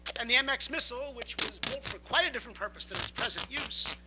and the mx missile, which was built for quite a different purpose than its present use,